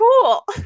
cool